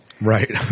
Right